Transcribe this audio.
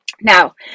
Now